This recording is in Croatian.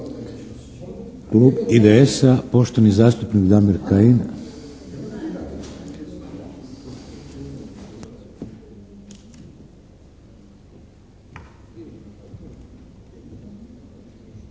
Klub IDS-a, poštovani zastupnik Damir Kajin.